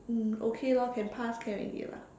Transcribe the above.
mm okay lor can pass can already lah